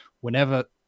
whenever